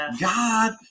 God